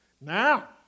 Now